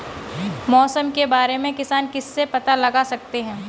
मौसम के बारे में किसान किससे पता लगा सकते हैं?